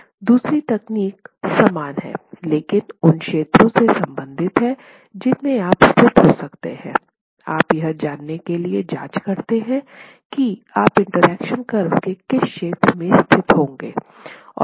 दूसरी तकनीक समान है लेकिन उन क्षेत्रों से संबंधित है जिनमें आप स्थित हो सकते हैं आप यह जानने के लिए जांच करते हैं कि आप इंटरेक्शन कर्व के किस क्षेत्र में स्थित होंगे